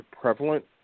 prevalent